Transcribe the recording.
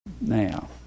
Now